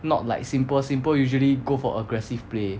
not like simple simple usually go for aggressive play